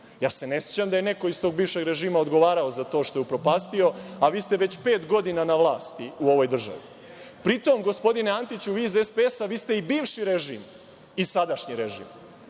Ja se ne sećam da je neko iz tog bivšeg režima odgovarao za to što je upropastio, a vi ste već pet godina na vlasti u ovoj državi. Pri tom, gospodine Antiću, vi iz SPS, vi ste i bivši režim i sadašnji režim.